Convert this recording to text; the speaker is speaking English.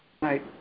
Right